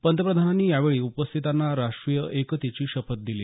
पंतप्रधानांनी यावेळी उपस्थितांना राष्ट्रीय एकतेची शपथ दिली